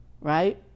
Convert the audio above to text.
Right